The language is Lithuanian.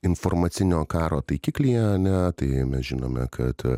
informacinio karo taikiklyje ane tai mes žinome kad